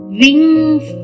wings